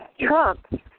Trump